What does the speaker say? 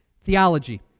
Theology